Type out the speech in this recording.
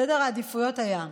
סדר העדיפויות היה,